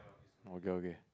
okay okay